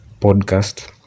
podcast